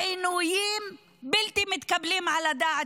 עינויים בלתי מתקבלים על הדעת.